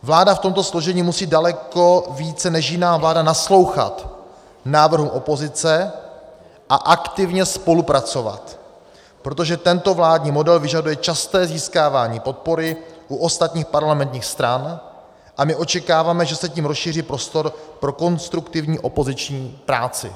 Vláda v tomto složení musí daleko více než jiná vláda naslouchat návrhům opozice a aktivně spolupracovat, protože tento vládní model vyžaduje časté získávání podpory u ostatních parlamentních stran, a my očekáváme, že se tím rozšíří prostor pro konstruktivní opoziční práci.